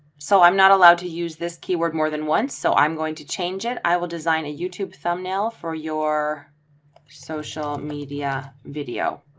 so i'm not allowed to use this keyword more than once. so i'm going to change it, i will design a youtube thumbnail for your social media video.